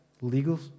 legal